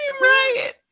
right